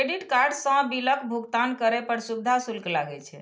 credit card सं बिलक भुगतान करै पर सुविधा शुल्क लागै छै